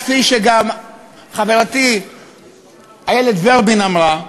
כפי שגם חברתי איילת ורבין אמרה,